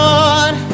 Lord